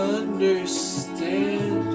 understand